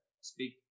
speak